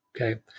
okay